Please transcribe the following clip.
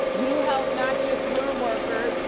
you help not just your workers,